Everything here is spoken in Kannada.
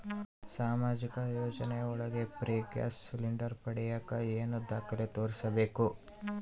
ಸಾಮಾಜಿಕ ಯೋಜನೆ ಒಳಗ ಫ್ರೇ ಗ್ಯಾಸ್ ಸಿಲಿಂಡರ್ ಪಡಿಯಾಕ ಏನು ದಾಖಲೆ ತೋರಿಸ್ಬೇಕು?